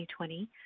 2020